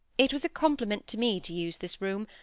it was a compliment to me to use this room,